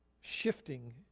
shifting